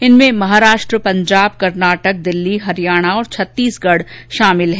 इनमें महाराष्ट्र पंजाब कर्नाटक दिल्ली हरियाणा और छत्तीसगढ शामिल है